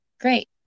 Great